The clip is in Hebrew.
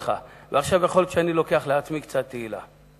ועכשיו יכול להיות שאני לוקח לעצמי קצת תהילה,